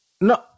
No